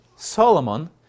Solomon